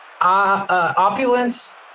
opulence